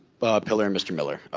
but pillar and mr. miller,